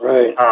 Right